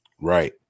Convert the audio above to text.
Right